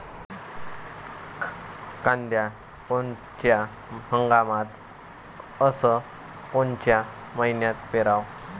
कांद्या कोनच्या हंगामात अस कोनच्या मईन्यात पेरावं?